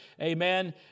amen